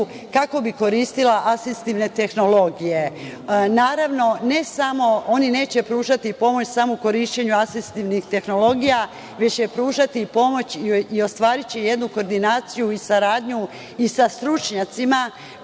kako bi koristili asistivne tehnologije. Naravno, ne samo oni neće pružati pomoć samo u korišćenju asistvnih tehnologija, već će pružati pomoć i ostvariti jednu koordinaciju i saradnju i sa stručnjacima